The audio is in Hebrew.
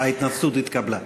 ההתנצלות התקבלה.